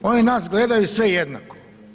Oni nas gledaju sve jednako.